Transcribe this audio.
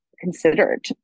considered